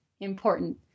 important